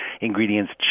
ingredients